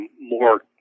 more